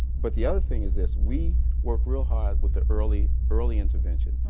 but the other thing is this, we work real hard with the early early intervention.